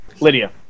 Lydia